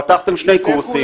פתחתם שני קורסים,